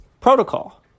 protocol